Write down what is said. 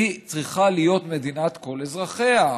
היא צריכה להיות מדינת כל אזרחיה,